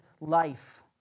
life